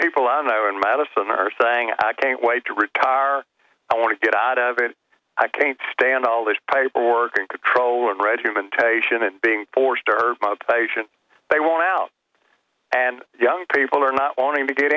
people i know in medicine are saying i can't wait to retire i want to get out of it i can't stand all this paperwork and control and regimentation it being forced or motivation they want out and young people are not wanting to get